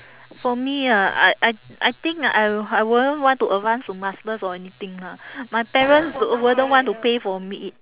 for me ah I I I think I uh I won't want to advance to master's or anything lah my parents wouldn't want to pay for me